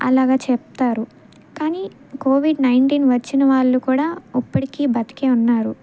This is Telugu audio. అలాగ చెప్తారు కానీ కోవిడ్ నైన్టీన్ వచ్చిన వాళ్ళు కూడా ఇప్పటికి బతికే ఉన్నారు